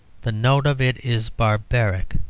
the note of it is barbaric.